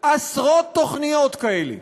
עשרות תוכניות כאלה,